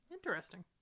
Interesting